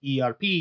ERP